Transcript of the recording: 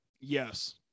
Yes